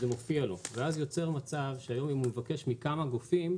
זה מופיע לו ואז יוצא מצב שהיום אם הוא מבקש מכמה גופים,